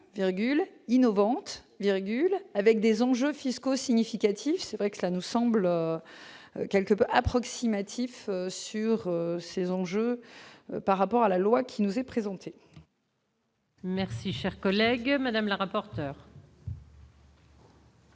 innovante virgule avec des enjeux fiscaux significatifs, c'est vrai que ça nous semble quelque peu approximatif sur ces enjeux par rapport à la loi qui nous est présentée. Merci, cher collègue Madame la rapporteure.